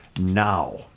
now